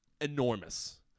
enormous